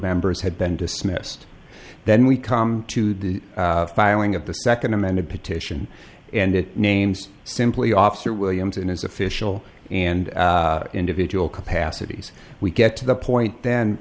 members had been dismissed then we come to the filing of the second amended petition and it names simply officer williams in his official and individual capacities we get to the point then